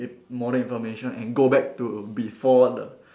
modern information and go back to before the